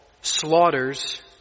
slaughters